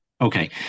Okay